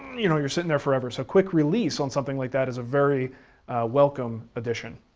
you know you're sittin' there forever. so quick release on something like that is a very welcome addition.